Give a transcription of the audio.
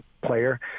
player